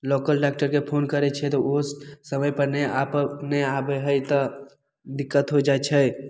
local डाक्टरके phone करैत छियै तऽ ओहो समयपर नहि आकऽ नहि आबै हइ तऽ दिक्कत हो जाइत छै